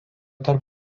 tarp